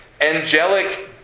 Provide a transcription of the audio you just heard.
angelic